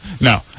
No